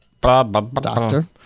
Doctor